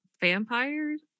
vampires